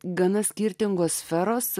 gana skirtingos sferos